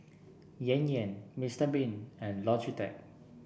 Yan Yan Mister Bean and Logitech